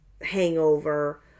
Hangover